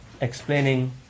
explaining